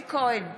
אלי כהן,